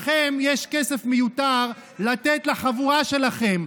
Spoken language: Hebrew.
לכם יש כסף מיותר לתת לחבורה שלכם.